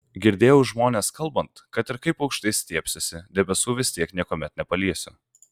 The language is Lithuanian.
girdėjau žmones kalbant kad ir kaip aukštai stiebsiuosi debesų vis tiek niekuomet nepaliesiu